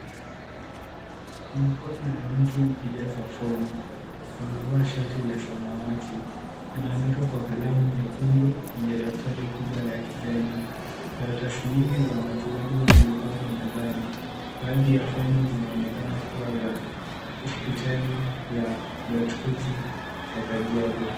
Mikono ya mtu ikijaza fomu. Amevaa shati la samawati. Anaandika kwa kalamu nyekundu kwenye daftari kubwa la kijani. Karatasi nyingi za matibabu zimepangwa mezani. Baadhi za fomu zinaonekana kuwa za hospitali ya gatuzi ya Kajiado.